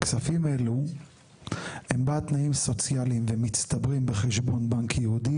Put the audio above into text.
הכספים האלה הם בעד תנאים סוציאליים ומצטברים בחשבון בנק ייעודי,